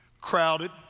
Crowded